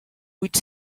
vuit